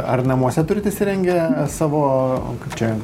ar namuose turit įsirengę savo kaip čia